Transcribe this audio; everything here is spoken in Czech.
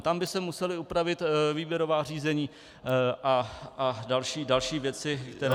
Tam by se musely upravit výběrová řízení a další věci, které